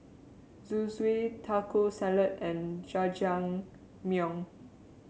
Zosui Taco Salad and Jajangmyeon